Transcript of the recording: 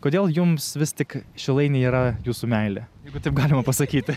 kodėl jums vis tik šilainiai yra jūsų meilė jeigu taip galima pasakyti